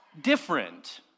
different